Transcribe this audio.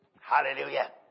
Hallelujah